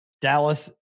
Dallas